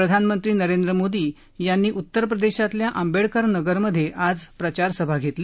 प्रधानमंत्री नरेंद्र मोदी यांनी उत्तरप्रदेशातल्या आंबेडकर नगरमधे आज प्रचारसभा घेतली